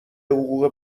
حقوق